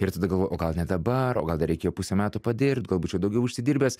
ir tada galvoji o gal ne dabar o gal dar reikėjo pusę metų padirbt gal būčiau daugiau užsidirbęs